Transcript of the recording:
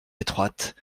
étroites